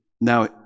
Now